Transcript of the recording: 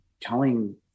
telling